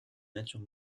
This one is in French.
natures